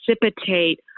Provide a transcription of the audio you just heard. precipitate